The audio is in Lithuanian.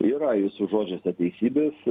yra jūsų žodžiuose teisybės